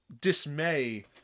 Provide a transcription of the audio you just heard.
dismay